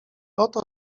oto